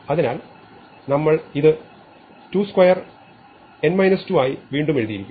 അതിനാൽ ഞങ്ങൾ ഇത് 22 n 2 ആയി വീണ്ടും എഴുതിയിരിക്കുന്നു